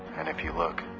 and if you look,